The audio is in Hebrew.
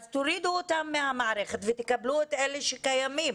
תורידו אותם מהמערכת ותקבלו את אלה שקיימים.